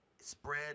spread